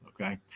okay